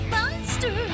Monster